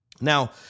Now